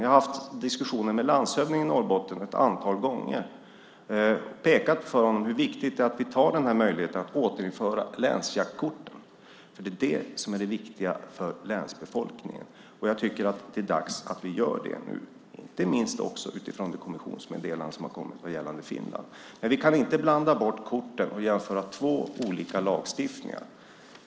Jag har haft diskussioner med landshövdingen i Norrbotten ett antal gånger och påpekat för honom hur viktigt det är att vi tar den här möjligheten att återinföra länsjaktkorten, för det är det som är det viktiga för länsbefolkningen. Jag tycker att det är dags att vi gör det nu, inte minst också utifrån det kommissionsmeddelande som har kommit gällande Finland. Men vi kan inte blanda bort korten och jämföra två olika lagstiftningar.